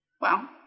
Wow